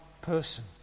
person